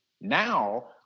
now